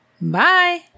Bye